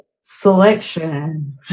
selection